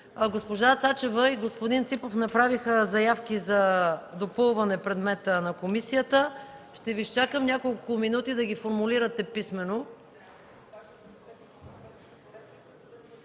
Госпожа Цачева и господин Ципов направиха заявки за допълване на предмета на комисията. Ще изчакам няколко минути, да ги формулирате писмено.